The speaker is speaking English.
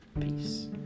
Peace